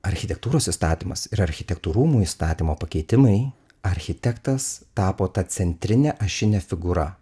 architektūros įstatymas ir architektų rūmų įstatymo pakeitimai architektas tapo ta centrine ašine figūra